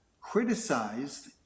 criticized